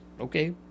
okay